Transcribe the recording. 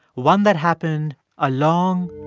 one that happened a long,